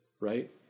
right